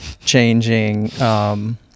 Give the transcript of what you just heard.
Changing